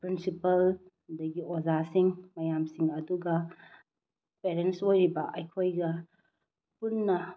principal ꯑꯗꯒꯤ ꯑꯣꯖꯥꯁꯤꯡ ꯃꯌꯥꯝꯁꯤꯡ ꯑꯗꯨꯒ ꯄꯦꯔꯦꯟꯁ ꯑꯣꯏꯔꯤꯕ ꯑꯩꯈꯣꯏꯒ ꯄꯨꯟꯅ